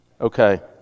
Okay